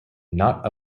not